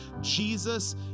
Jesus